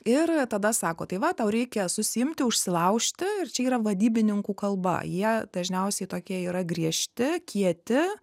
ir tada sako tai va tau reikia susiimti užsilaužti ir čia yra vadybininkų kalba jie dažniausiai tokie yra griežti kieti